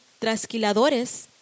trasquiladores